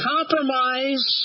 Compromise